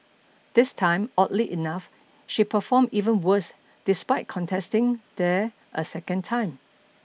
this time oddly enough she performed even worse despite contesting there a second time